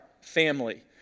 Family